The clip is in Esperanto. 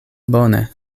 bone